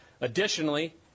Additionally